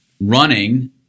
running